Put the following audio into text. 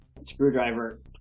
Screwdriver